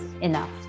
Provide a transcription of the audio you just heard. enough